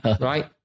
Right